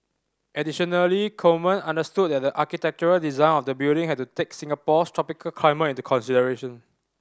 additionally Coleman understood that the architectural design of the building had to take Singapore's tropical climate into consideration